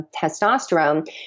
testosterone